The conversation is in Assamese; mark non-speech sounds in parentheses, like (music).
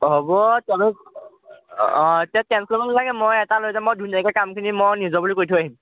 হ'ব (unintelligible) তেতিয়া টেনশ্যন ল'ব নালাগে মই এটা লৈ যাম ধুনীয়াকে কামখিনি মই নিজৰ বুলি কৰি থৈ আহিম